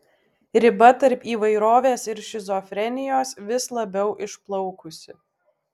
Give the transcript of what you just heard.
riba tarp įvairovės ir šizofrenijos vis labiau išplaukusi